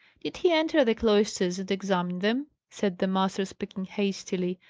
did he enter the cloisters and examine them? said the master, speaking hastily.